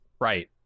right